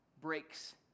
breaks